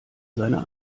seiner